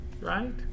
right